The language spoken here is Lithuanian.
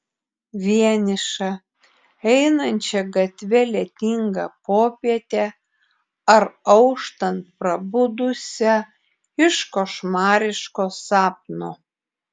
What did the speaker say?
vienišą einančią gatve lietingą popietę ar auštant prabudusią iš košmariško sapno